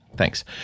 thanks